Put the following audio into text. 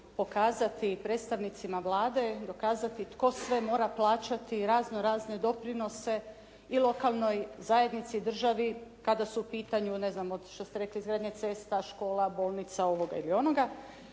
pokazati predstavnicima Vlade, dokazati tko sve mora plaćati razno-razne doprinose i lokalnoj zajednici i državi kada su u pitanju ne znam što ste rekli izgradnje cesta, škola, bolnica, ovoga ili onoga